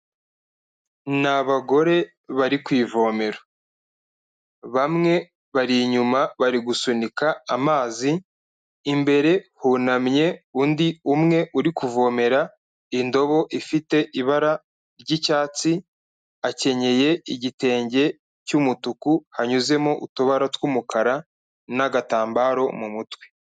Ni abagore bari ku ivomero. Bamwe bari inyuma bari gusunika amazi, imbere hunamye undi umwe uri kuvomera indobo ifite ibara ry'icyatsi, akenyeye igitenge cy'umutuku hanyuzemo utubara tw'umukara n'agatambaro mu mutwe.